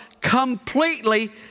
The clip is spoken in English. completely